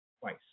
twice